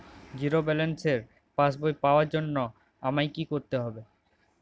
Zero ব্যালেন্সের পাসবই পাওয়ার জন্য আমায় কী করতে হবে?